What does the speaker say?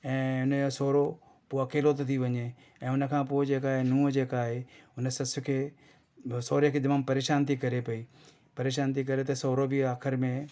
ऐं इनजो सहुरो पोइ अकेलो थो थी वञे ऐं उनखां पोइ जेका नूंहु जेका आहे उन ससु खे सहुरे खे तमामु परेशानु थी करे पई परेशानु थी करे त सहुरो बि आख़िर में